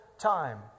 time